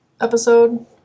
episode